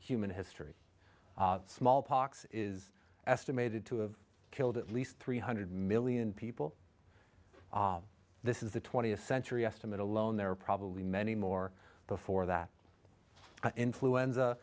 human history smallpox is estimated to have killed at least three hundred million people this is the twentieth century estimate alone there are probably many more before that influenza